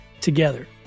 together